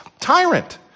tyrant